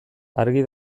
argi